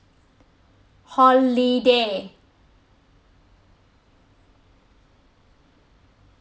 holiday